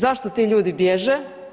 Zašto ti ljudi bježe?